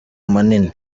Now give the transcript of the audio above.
manini